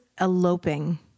eloping